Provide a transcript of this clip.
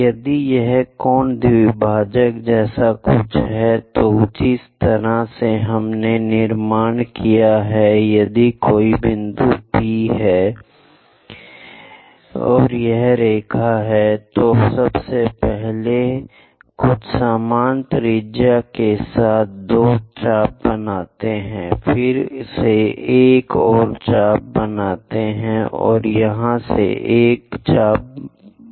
यदि यह कोण द्विभाजक जैसा कुछ है तो जिस तरह से हमने निर्माण किया है यदि कोई बिंदु P है यदि कोई रेखा है तो सबसे पहले कुछ समान त्रिज्या के साथ दो चाप बनाते हैं फिर से एक और चाप बनाते हैं यहाँ से एक और चाप बनाते हैं